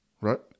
right